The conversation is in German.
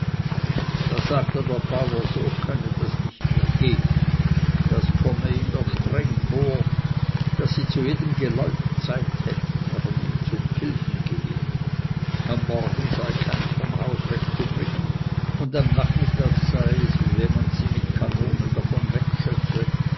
da sagte der bauer so könne das nicht mehr gehen das komme ihm doch streng vor daß sie zu jedem geläuf zeit hätten aber nie zum kilchengehen am morgen sei keins vom hause wegzubringen und am nachmittag sei es wie wenn man sie mit kanonen davon